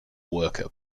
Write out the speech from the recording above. worker